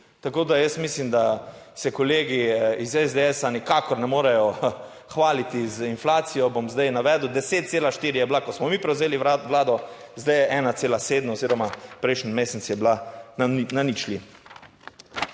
Tako, da jaz mislim, da se kolegi iz SDS nikakor ne morejo hvaliti z inflacijo. Bom zdaj navedel. 10,4 je bila, ko smo mi prevzeli Vlado, zdaj je 1,7 oziroma prejšnji mesec je bila na ničli.